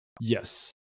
Yes